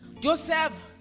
Joseph